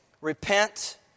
Repent